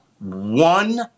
one